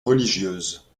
religieuses